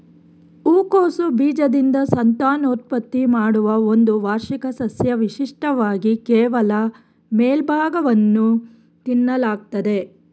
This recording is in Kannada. ಹೂಕೋಸು ಬೀಜದಿಂದ ಸಂತಾನೋತ್ಪತ್ತಿ ಮಾಡುವ ಒಂದು ವಾರ್ಷಿಕ ಸಸ್ಯ ವಿಶಿಷ್ಟವಾಗಿ ಕೇವಲ ಮೇಲ್ಭಾಗವನ್ನು ತಿನ್ನಲಾಗ್ತದೆ